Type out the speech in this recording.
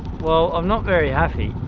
well, i'm not very happy.